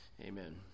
amen